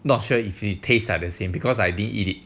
not sure if the taste at the same because I didn't eat it